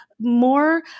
more